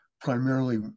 primarily